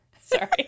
sorry